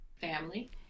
Family